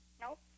Nope